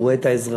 רואה את האזרחים,